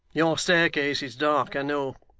your staircase is dark, i know.